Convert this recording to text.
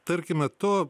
tarkime to